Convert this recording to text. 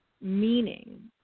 meaning